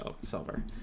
silver